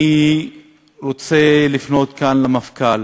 אני רוצה לפנות כאן למפכ"ל: